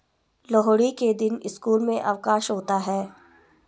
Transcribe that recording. लोहड़ी के दिन स्कूल में अवकाश होता है